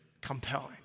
compelling